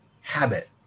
habit